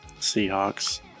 Seahawks